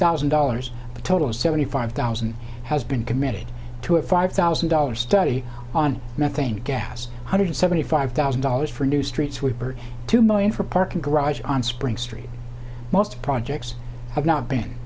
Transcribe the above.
thousand dollars a total of seventy five thousand has been committed to a five thousand dollars study on methane gas one hundred seventy five thousand dollars for a new street sweeper two million for parking garage on spring street most projects have not been